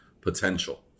potential